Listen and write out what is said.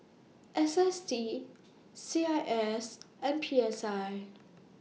S S T C I S and P S I